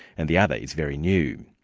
and the other is very new.